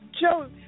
Joe